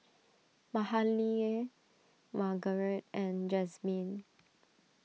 Mahalie Margarite and Jazmin